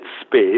space